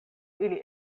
ili